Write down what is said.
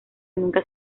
nunca